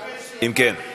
מהפה שלך לאלוהים.